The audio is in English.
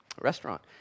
restaurant